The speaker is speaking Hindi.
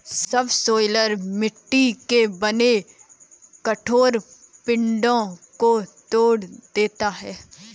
सबसॉइलर मिट्टी से बने कठोर पिंडो को तोड़ देता है